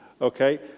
okay